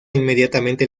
inmediatamente